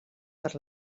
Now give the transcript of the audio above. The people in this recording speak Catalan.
per